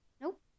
Nope